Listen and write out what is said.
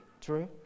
True